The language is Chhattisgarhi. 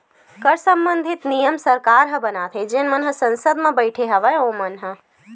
कर संबंधित नियम सरकार ह बनाथे जेन मन ह संसद म बइठे हवय ओमन ह